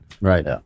Right